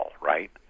right